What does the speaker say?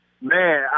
man